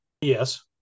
Yes